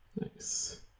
Nice